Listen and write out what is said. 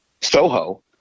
Soho